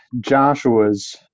Joshua's